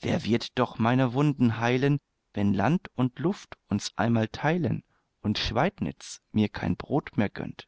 wer wird doch meine wunden heilen wenn land und luft uns einmal teilen und schweidnitz mir kein brot mehr gönnt